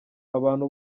abantu